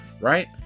Right